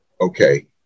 Okay